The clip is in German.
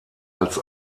als